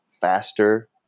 faster